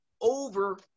over